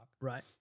Right